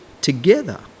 together